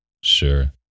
Sure